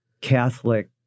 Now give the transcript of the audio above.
Catholic